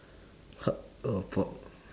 how about